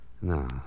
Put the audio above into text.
No